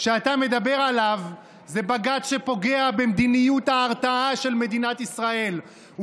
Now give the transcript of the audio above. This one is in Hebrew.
שאתה מדבר עליו זה בג"ץ שפוגע במדיניות ההרתעה של מדינת ישראל,